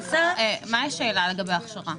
השאלה היא לגבי הכשרה.